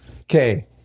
Okay